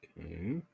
Okay